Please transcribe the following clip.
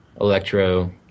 Electro